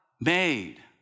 made